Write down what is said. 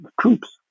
troops